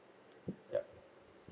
yup